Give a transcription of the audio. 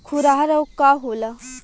खुरहा रोग का होला?